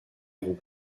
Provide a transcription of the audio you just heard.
roues